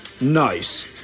nice